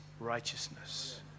Righteousness